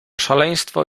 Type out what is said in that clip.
szaleństwo